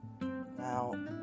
Now